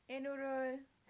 hey nurul